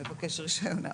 מבקש רישיון להפעלה.